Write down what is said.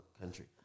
country